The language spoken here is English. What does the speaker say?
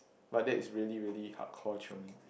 but that is really really hard core chionging